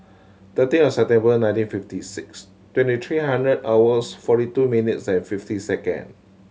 thirteen of September nineteen fifty six twenty three hundred hours forty two minutes and fifty second